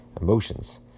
emotions